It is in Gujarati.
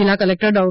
જિલ્લા કલેકટર ડો